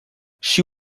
she